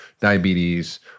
diabetes